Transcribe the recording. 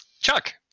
Chuck